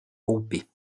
groupés